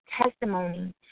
testimony